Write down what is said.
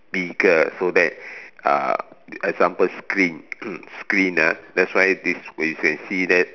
bigger so that uh example screen screen ah that's why this you can see that